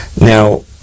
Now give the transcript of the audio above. Now